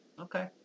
Okay